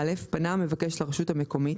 (א)פנה המבקש לרשות המקומית,